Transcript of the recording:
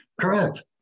Correct